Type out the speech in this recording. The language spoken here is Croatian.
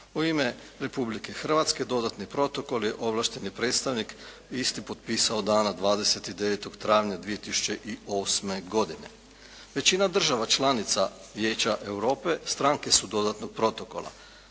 U ime Republike Hrvatske dodatni protokol je ovlašteni predstavnik isti potpisao dana 29. travnja 2008. godine. Većina država članica Vijeća Europe stranke su dodatnog protokola.